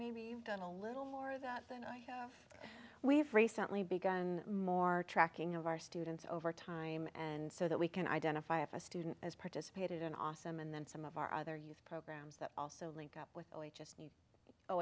maybe we've done a little more that than i have we have recently begun more tracking of our students over time and so that we can identify if a student has participated in awesome and then some of our other youth programs that also link up with